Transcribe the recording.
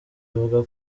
avuga